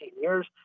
years